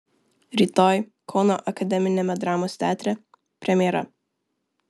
rytoj kauno akademiniame dramos teatre premjera